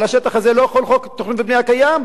על השטח הזה לא יחול חוק התכנון והבנייה הקיים.